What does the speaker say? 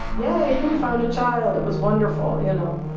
yay! we found a child! it was wonderful, you know.